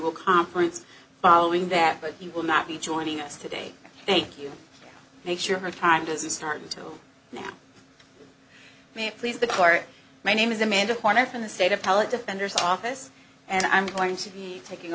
will conference following that but he will not be joining us today thank you make sure her time doesn't start until now may please the court my name is amanda horner from the state of talent defender's office and i'm going to be taking